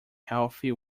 healthy